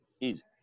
Easy